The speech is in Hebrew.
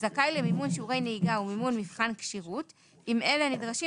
זכאי למימון שיעורי נהיגה ומימון מבחן כשירות אם אלה נדרשים